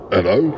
Hello